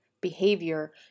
behavior